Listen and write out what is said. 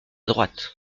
droite